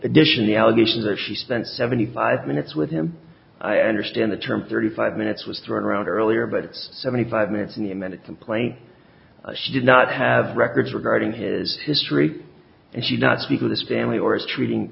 addition the allegation that she spent seventy five minutes with him i understand the term thirty five minutes was thrown around earlier but it's seventy five minutes in the amended complaint she did not have records regarding his history and should not speak with his family or is treating